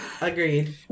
Agreed